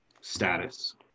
status